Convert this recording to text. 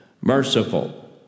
merciful